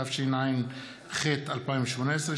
התשע"ח 2018,